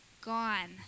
gone